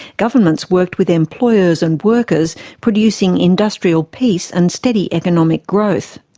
governments worked with employers and workers, producing industrial peace and steady economic growth.